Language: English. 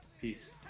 Peace